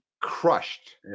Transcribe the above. crushed